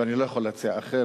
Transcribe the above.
ואני לא יכול להציע אחרת,